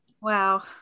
Wow